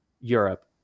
Europe